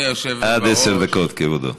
עד עשר דקות, כבודו.